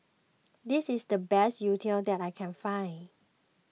this is the best Youtiao that I can find